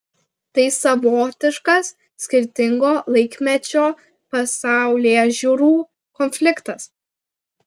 tai savotiškas skirtingo laikmečio pasaulėžiūrų konfliktas